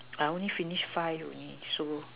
I only finish five only so